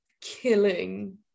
killing